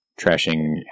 trashing